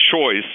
choice